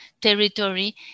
territory